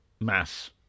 mass